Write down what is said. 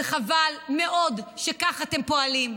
וחבל מאוד שכך אתם פועלים.